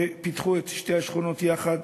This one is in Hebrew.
והם פיתחו את שתי השכונות יחד.